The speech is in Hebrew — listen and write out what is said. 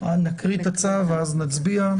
נקריא את הצו ואז נצביע.